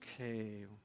okay